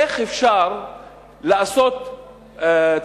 איך אפשר לעשות תשתיות,